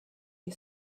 you